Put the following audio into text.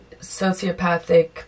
sociopathic